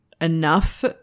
enough